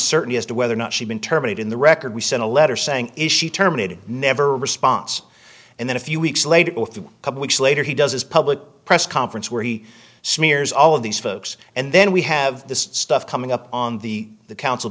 uncertainty as to whether or not she'd been terminating the record we sent a letter saying if she terminated never response and then a few weeks later a couple weeks later he does his public press conference where he smears all of these folks and then we have this stuff coming up on the the council